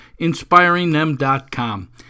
inspiringthem.com